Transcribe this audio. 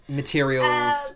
materials